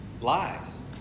lies